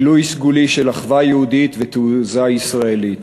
גילוי סגולי של אחווה יהודית ותעוזה ישראלית.